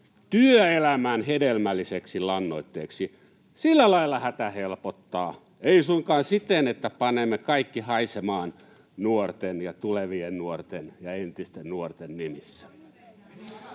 työelämän hedelmälliseksi lannoitteeksi — sillä lailla hätä helpottaa, ei suinkaan siten, että panemme kaikki haisemaan nuorten ja tulevien nuorten ja entisten nuorten nimissä.